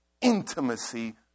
intimacy